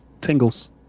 Tingles